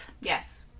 Yes